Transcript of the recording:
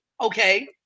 Okay